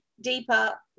deeper